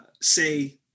say